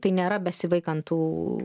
tai nėra besivaikant tų